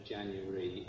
January